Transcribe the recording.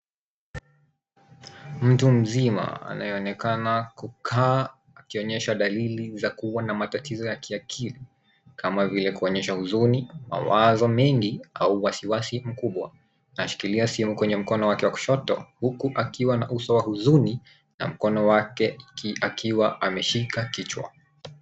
Mtu mzima, anayeonekana kukaa akionyesha dalili za kuwa na matatizo ya kiakili, kama vile kuonyesha huzuni , mawazo mengi au wasiwasi mkubwa. Anashikilia simu kwenye mkono wake wa kushoto huku akiwa na uso wa huzuni, na mkono wake akiwa ameshika kichwa.